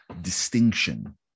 distinction